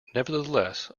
nevertheless